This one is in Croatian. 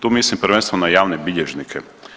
Tu mislim prvenstveno na javne bilježnike.